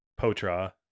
Potra